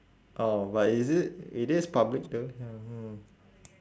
oh but is it it is public though hmm